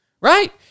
right